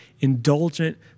indulgent